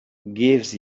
gives